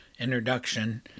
introduction